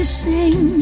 sing